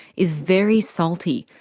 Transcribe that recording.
is very salty,